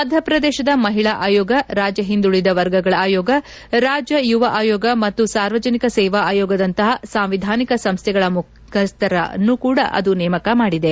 ಮಧ್ಯಪ್ರದೇಶದ ಮಹಿಳಾ ಆಯೋಗ ರಾಜ್ಯ ಹಿಂದುಳಿದ ವರ್ಗಗಳ ಆಯೋಗ ರಾಜ್ಯ ಯುವ ಆಯೋಗ ಮತ್ತು ಸಾರ್ವಜನಿಕ ಸೇವಾ ಆಯೋಗದಂತಹ ಸಾಂವಿಧಾನಿಕ ಸಂಸ್ಥೆಗಳ ಮುಖ್ಖಸ್ಥರನ ನೇಮಕ ಮಾಡಿದೆ